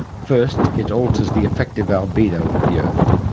first, it alters the effective albedo of the earth.